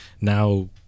Now